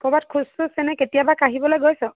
ক'ৰবাত খোজ চোজ এনে কেতিয়াবা কাঢ়িবলৈ গৈছ